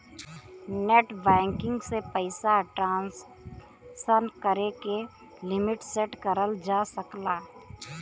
net banking से पइसा transaction करे क लिमिट सेट करल जा सकला